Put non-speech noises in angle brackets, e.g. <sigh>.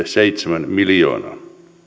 <unintelligible> seitsemän miljoonaa